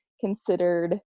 Considered